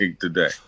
today